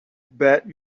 bet